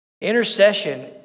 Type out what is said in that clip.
Intercession